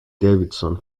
davidson